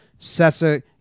Sessa